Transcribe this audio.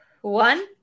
one